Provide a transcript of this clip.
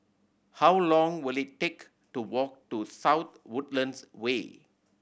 how long will it take to walk to South Woodlands Way